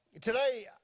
today